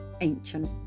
ancient